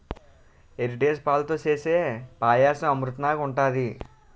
Heritage పాలతో సేసే పాయసం అమృతంనాగ ఉంటది